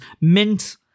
Mint